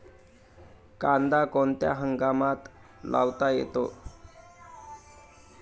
कांदा कोणत्या हंगामात लावता येतो?